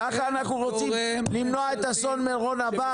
ככה אנחנו רוצים למנוע את אסון מירון הבא?